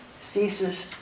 ceases